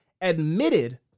admitted